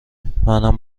منم